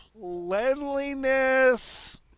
cleanliness